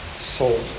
sold